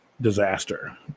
disaster